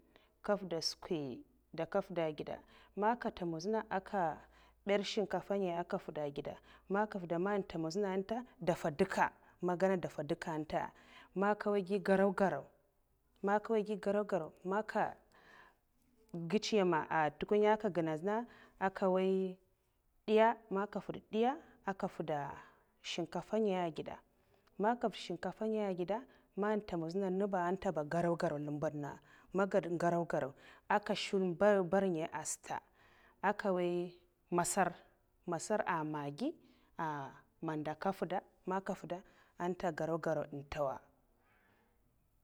Ka mfida skwi daka nfwuda ageda man ka ntomowdzina akader shinkafa ngaya aka fuda ageda man nka fwuda. man ntomodzina daffa duka. magana daffa duka nta, man nke nwoy garogaro man nke nwoy garogaro man nka ngiche nyam a ntukunya aka ganadzina aka nwoy ndiya man ka fwud ndiya' aka fwuda shinkaf'ngaya ngidde man ka fwuda ndiya ngaya egeda, man ntomodzina nteba garo'garo zlembad nenga man ged garo'garo aka shum mber mber ngaya asata aka nwaiy masar'masar a magi ah manda'kafda man kafwuda nte garo'garo ntawa.